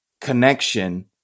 connection